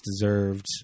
deserved